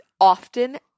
often